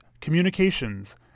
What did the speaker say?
communications